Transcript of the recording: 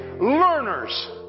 learners